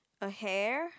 a hare